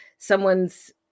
someone's